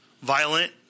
violent